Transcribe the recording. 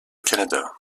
canada